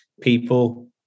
people